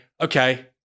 okay